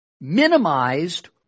minimized